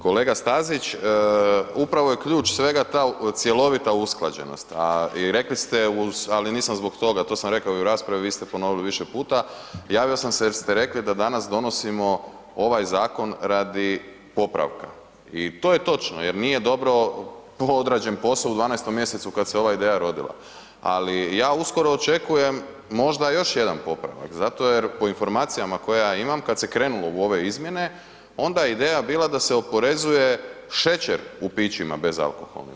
Kolega Stazić, upravo je ključ svega ta cjelovita usklađenost a i rekli ste ali nisam zbog toga, to sam rekao i u raspravi, vi ste ponovili više puta, javio sam se jer ste rekli da danas donosimo ovaj zakon radi popravka i to je točno jer nije dobro odrađen posao u 12. mj. kad se ova ideja rodila ali ja uskoro očekujem možda još jedan popravak zato jer po informacijama koje ja imam, kad se krenulo u ove izmjene, onda je ideja bila da se oporezuje šećer u pićima bezalkoholnim.